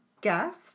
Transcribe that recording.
guest